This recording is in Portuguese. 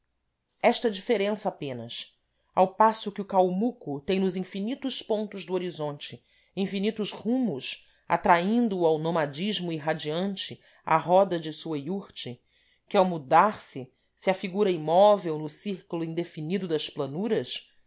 esta diferença apenas ao passo que o calmuco tem nos infinitos pontos do horizonte infinitos rumos atraindo o ao nomadismo irradiante à roda da sua yurte que ao mudar-se se afigura imóvel no círculo indefinido das planuras